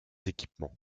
équipements